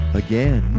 again